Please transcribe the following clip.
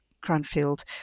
Cranfield